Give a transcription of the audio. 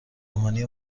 مهمانی